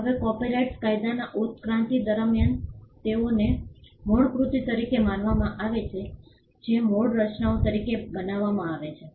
હવે કોપીરાઈટ કાયદાના ઉત્ક્રાંતિ દરમિયાન તેઓને મૂળ કૃતિ તરીકે માનવામાં આવે છે જે મૂળ રચનાઓ તરીકે બનાવવામાં આવે છે